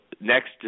next